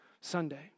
Sunday